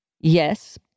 Yes